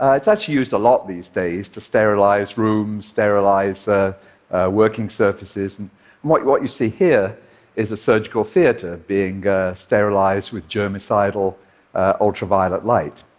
ah it's actually used a lot these days to sterilize rooms, sterilize ah working surfaces. and what what you see here is a surgical theater being sterilized with germicidal ultraviolet light.